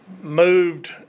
moved